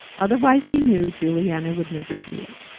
otherwise he knew juliana would never do it.